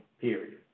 period